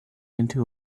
into